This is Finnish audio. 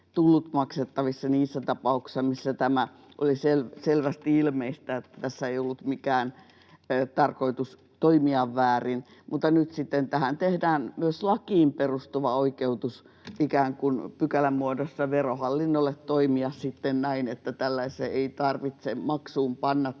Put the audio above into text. tullut maksettaviksi niissä tapauksissa, missä oli selvästi ilmeistä, että tässä ei ollut tarkoitus toimia väärin. Mutta nyt sitten tähän tehdään myös lakiin perustuva oikeutus ikään kuin pykälän muodossa Verohallinnolle toimia sitten näin, että tällaisissa ei tarvitse maksuun panna